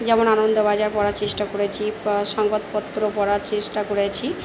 যেমন আনন্দ বাজার পড়ার চেষ্টা করেছি সংবাদপত্র পড়ার চেষ্টা করেছি